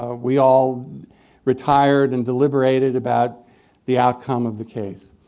ah we all retired and deliberated about the outcome of the case,